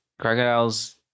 crocodiles